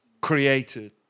created